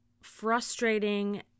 frustrating